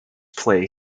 play